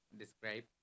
describe